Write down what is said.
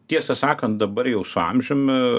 tiesą sakant dabar jau su amžiumi